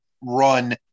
run